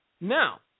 Now